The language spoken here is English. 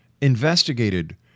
investigated